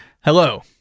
Hello